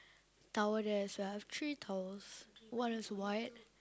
towel there as well I have three towels one is white